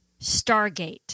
stargate